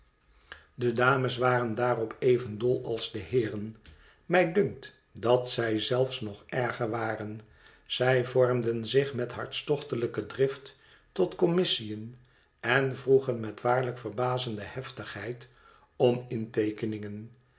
de dames waren daarop even dol als de heeren mij dunkt dat zij zelfs nog erger waren zij vormden zich met hartstochtelijke drift tot commissiën en vroegen met waarlijk verbazende heftigheid om